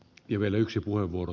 kivelä yksi puheenvuoro